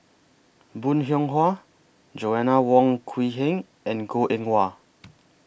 Bong Hiong Hwa Joanna Wong Quee Heng and Goh Eng Wah